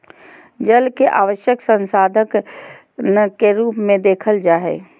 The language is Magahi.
जल के आवश्यक संसाधन के रूप में देखल जा हइ